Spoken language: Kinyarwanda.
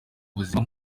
ubuzima